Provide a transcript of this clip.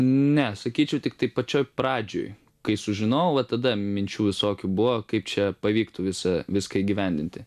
ne sakyčiau tiktai pačioj pradžioj kai sužinojau va tada minčių visokių buvo kaip čia pavyktų visą viską įgyvendinti